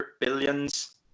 billions